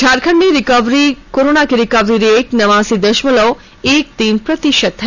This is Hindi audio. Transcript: झारखंड में कोरोना की रिकवरी रेट नवासी दशमलव एक तीन प्रतिशत है